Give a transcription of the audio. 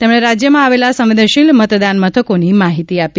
તેમણે રાજ્યમાં આવેલા સંવેદનશીલ મતદાન મથકોની માહિતી આપી